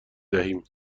دهیم